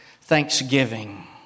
Thanksgiving